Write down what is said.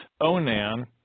Onan